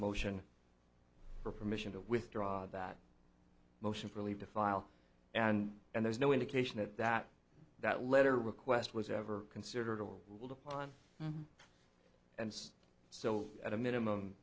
motion for permission to withdraw that motion for leave to file and and there's no indication that that that letter request was ever considered or will decline and so at a minimum